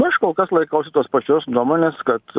aš kol kas laikausi tos pačios nuomonės kad